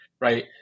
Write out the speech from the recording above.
right